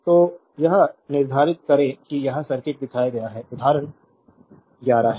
slide time देखें 1918 तो यह निर्धारित करें कि यह सर्किट दिखाया गया है उदाहरण 11 है